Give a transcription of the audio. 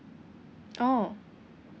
oh